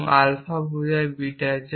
এবং আলফা বোঝায় বিটা